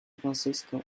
francisco